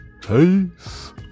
Peace